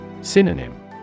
Synonym